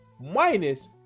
Minus